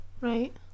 Right